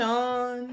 on